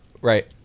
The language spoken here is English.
right